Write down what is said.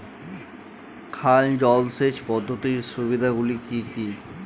খাল জলসেচ পদ্ধতির সুবিধাগুলি কি কি?